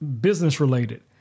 business-related